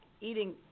eating